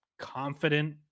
confident